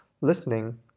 listening